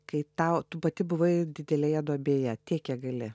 kai tau tu pati buvai didelėje duobėje tiek kiek gali